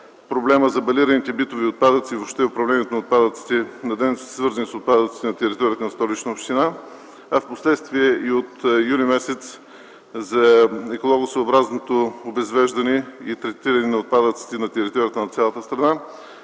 (проблема за балираните битови отпадъци, въобще управлението на отпадъците е свързано с отпадъците на територията на Столична община, а впоследствие от м. юли - за екологосъобразното обезвреждане и третиране на отпадъците на територията на цялата страна),